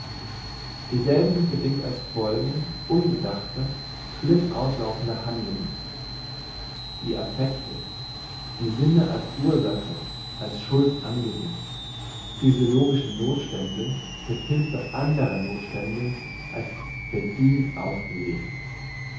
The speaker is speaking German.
dieselben sind bedingt als folgen unbedachter schlimm auslaufender handlungen die affekte die sinne als ursache als schuld angesetzt physiologische nothstände mit hülfe anderer nothstände als verdient ausgelegt